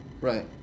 right